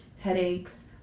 headaches